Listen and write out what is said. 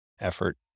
effort